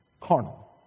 carnal